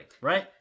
right